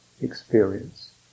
experience